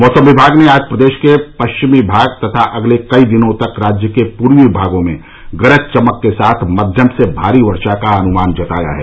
मौसम विभाग ने आज प्रदेश के पश्चिमी भाग तथा अगले कई दिनों तक राज्य के पूर्वी भाग में गरज चमक के साथ मध्यम से भारी वर्षा का अनुमान जताया है